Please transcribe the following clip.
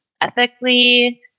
ethically